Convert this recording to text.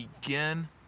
begin